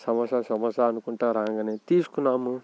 సమోసా సమోసా అనుకుంటూ రాంగానే తీసుకున్నాము